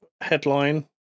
headline